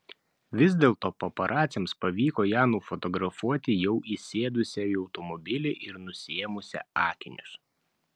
vis dėlto paparaciams pavyko ją nufotografuoti jau įsėdusią į automobilį ir nusiėmusią akinius